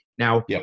Now